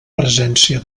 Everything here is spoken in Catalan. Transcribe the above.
presència